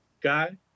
Guy